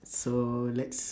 so let's